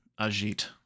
Ajit